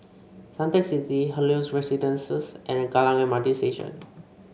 Suntec City Helios Residences and Kallang M R T Station